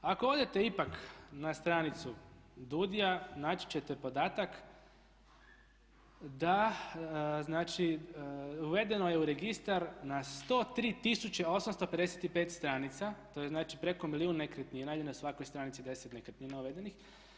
Ako odete ipak na stranicu DUDI-a naći ćete podatak da znači uvedeno je u registar na 103855 stranica to je znači preko milijun nekretnina ili na svakoj stranici 10 nekretnina uvedenih.